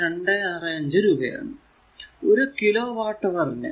265 രൂപയാണ് ഒരു kilo watt അവർ നു